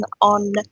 on